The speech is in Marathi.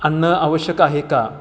आणणं आवश्यक आहे का